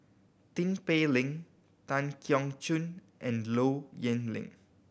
Tin Pei Ling Tan Keong Choon and Low Yen Ling